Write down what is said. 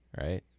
right